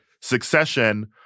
Succession